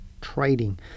Trading